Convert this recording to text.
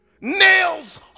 Nails